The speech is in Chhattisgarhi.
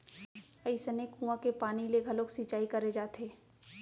अइसने कुँआ के पानी ले घलोक सिंचई करे जाथे